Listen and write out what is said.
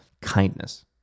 Kindness